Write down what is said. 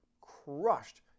crushed